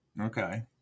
Okay